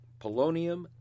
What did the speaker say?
polonium